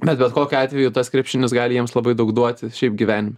bet bet kokiu atveju tas krepšinis gali jiems labai daug duoti šiaip gyvenime